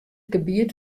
gebiet